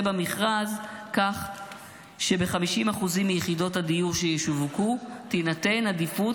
במכרז כך שב-50% מיחידות הדיור שישווקו תינתן עדיפות